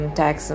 tax